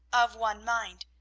of one mind.